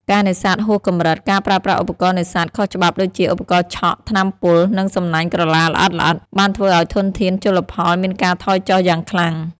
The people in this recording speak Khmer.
ការនេសាទហួសកម្រិត ការប្រើប្រាស់ឧបករណ៍នេសាទខុសច្បាប់ដូចជា ឧបករណ៍ឆក់ ថ្នាំពុល និងសំណាញ់ក្រឡាល្អិតៗ បានធ្វើឲ្យធនធានជលផលមានការថយចុះយ៉ាងខ្លាំង។